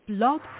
Blog